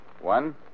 One